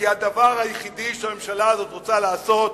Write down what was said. כי הדבר היחידי שהממשלה הזו רוצה לעשות,